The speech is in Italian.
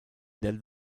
del